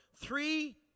Three